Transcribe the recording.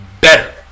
better